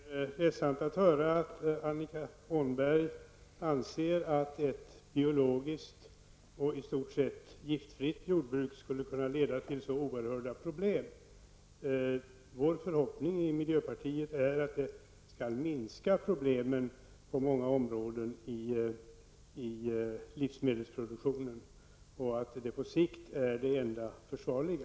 Fru talman! Det är ledsamt att höra att Annika Åhnberg anser att ett biologiskt och i stort sett giftfritt jordbruk skulle kunna leda till så oerhörda problem. Vår förhoppning i miljöpartiet är att ett sådant jordbruk skall minska problemen på många områden i livsmedelsproduktionen. På sikt är ett biologiskt och giftfritt jordbruk det enda försvarliga.